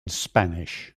spanish